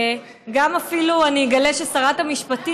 שאפילו אני אגלה ששרת המשפטים,